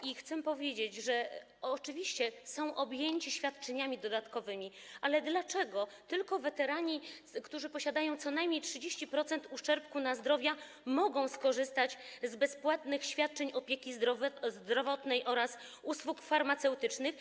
I chcę powiedzieć, że oczywiście są oni objęci świadczeniami dodatkowymi, ale dlaczego tylko weterani, którzy posiadają co najmniej 30-procentowy uszczerbek na zdrowiu, mogą skorzystać z bezpłatnych świadczeń opieki zdrowotnej oraz usług farmaceutycznych?